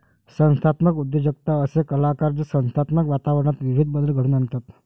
संस्थात्मक उद्योजकता असे कलाकार जे संस्थात्मक वातावरणात विविध बदल घडवून आणतात